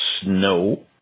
snow